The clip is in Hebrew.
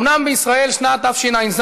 5438, 6068, 6170,